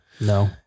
No